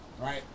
Right